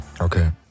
Okay